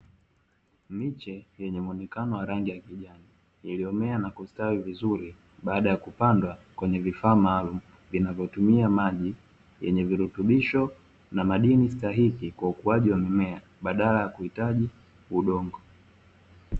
Miche yenye muonekano wa rangi ya kijani, iliyomea na kustawi vizuri baada ya kupanda kwenye vifaa maalumu; vinavyotumia maji yenye virutubisho na madini stahiki kwa ukuaji wa mimea, badala ya kuhitaji udongo.